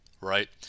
Right